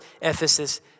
Ephesus